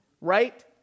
right